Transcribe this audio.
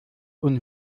und